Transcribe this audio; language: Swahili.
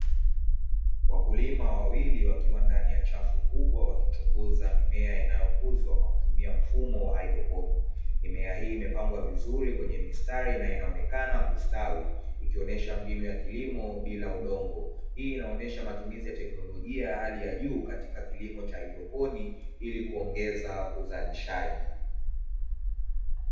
Wakulima wawili wakiwa ndani ya chafu kubwa wakichunguza mimea inayokuzwa kwa kutumia mfumo wa Hydroponi ,mimea hii imepangwa vizuri kwenye mistari na inaonekana kustawi ikionyesha mbinu ya kilimo bila udongo hii inaonyesha matumizi ya teknolojia ya hali ya juu katika kilimo cha hydroponiki ili kuongeza uzalishaji.